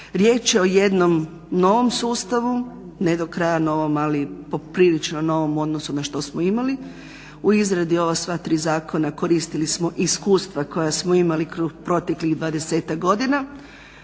Riječ je o jednom novom sustavu, ne do kraja novom ali poprilično novom u odnosu na što smo imali. U izradi ova sva tri zakona koristili smo iskustva koja smo imali kroz proteklih 20-ak godina,